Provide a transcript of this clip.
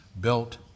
built